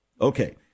Okay